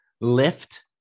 Lift